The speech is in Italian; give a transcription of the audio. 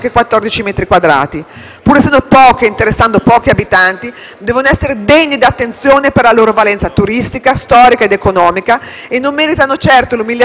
Pur essendo poche e interessando pochi abitanti, devono essere degne di attenzione per la loro valenza turistica, storica ed economica e non meritano certo l'umiliazione di essere dimenticate.